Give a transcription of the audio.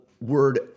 word